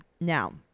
now